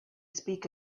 speak